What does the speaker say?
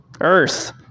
earth